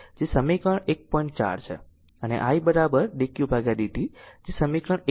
4 થી છે અને i dq dt જે સમીકરણ 1